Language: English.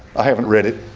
i haven't read it.